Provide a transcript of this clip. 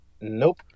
Nope